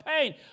pain